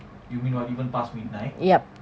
you mean you want even past midnight yup